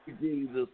Jesus